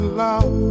love